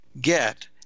get